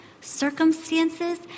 circumstances